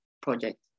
project